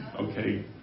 Okay